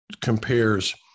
compares